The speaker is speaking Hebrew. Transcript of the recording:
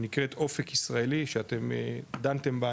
שנקראת 'אופק ישראלי' שאתם דנתם עליה,